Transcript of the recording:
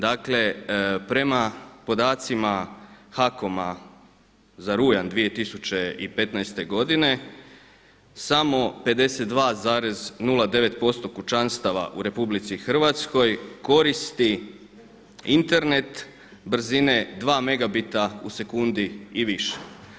Dakle, prema podacima HAKOM-a za rujan 2015. godine samo 52,09% kućanstava u Republici koristi Internet brzine 2 megabita u sekundi i više.